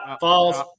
False